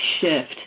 shift